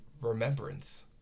remembrance